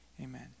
amen